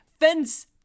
Fence